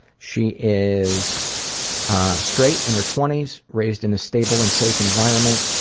she is straight, in her twenty s, raised in a stable and safe environment,